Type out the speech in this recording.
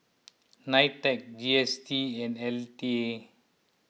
Nitec G S T and L T A